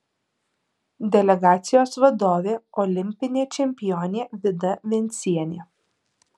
delegacijos vadovė olimpinė čempionė vida vencienė